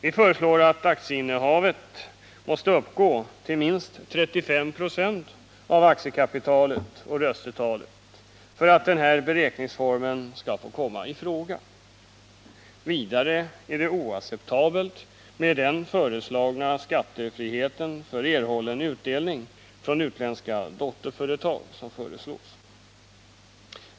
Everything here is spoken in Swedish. Vi föreslår att aktieinnehavet måste uppgå till minst 35 96 av aktiekapitalet och röstetalet för att denna beräkningsform skall få komma i fråga. Vidare är det oacceptabelt med den skattefrihet för erhållen utdelning från utländskt dotterföretag som föreslås.